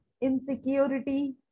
Insecurity